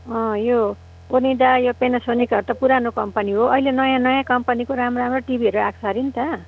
अँ यो ओनिडा यो पेनासोनिकहरू त पुरानो कम्पनी हो अहिले नयाँ नयाँ कम्पनीको राम्रो राम्रो टिभीहरू आएको अरे नि त